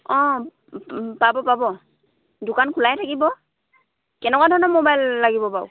অঁ পাব পাব দোকান খোলাই থাকিব কেনেকুৱা ধৰণৰ মোবাইল লাগিব বাৰু